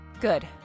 Good